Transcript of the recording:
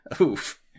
Oof